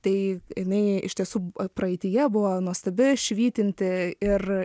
tai jinai iš tiesų praeityje buvo nuostabi švytinti ir